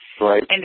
right